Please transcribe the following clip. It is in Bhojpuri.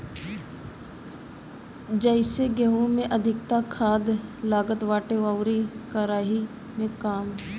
जइसे गेंहू में अधिका खाद लागत बाटे अउरी केराई में कम